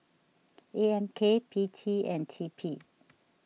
A M K P T and T P